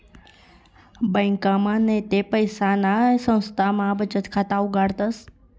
ब्यांकमा नैते पैसासना संस्थामा बचत खाता उघाडतस